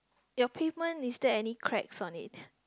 your pavement is there any cracks on it